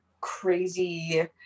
crazy